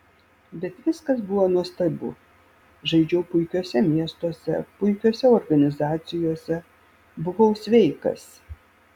bet viskas buvo nuostabu žaidžiau puikiuose miestuose puikiose organizacijose buvau sveikas